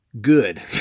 good